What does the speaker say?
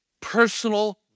personal